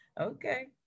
Okay